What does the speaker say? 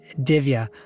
Divya